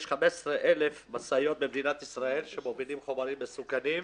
יש כ-15,000 משאיות במדינת ישראל שמובילות חומרים מסוכנים,